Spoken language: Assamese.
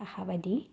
আশাবাদী